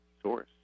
source